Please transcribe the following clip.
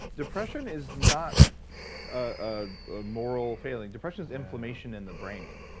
depression is not a ah moral failing. depression is inflammation in the brain.